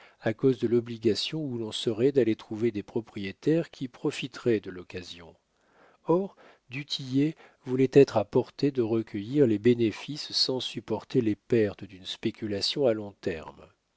à cause de l'obligation où l'on serait d'aller trouver des propriétaires qui profiteraient de l'occasion or du tillet voulait être à portée de recueillir les bénéfices sans supporter les pertes d'une spéculation à long terme